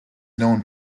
known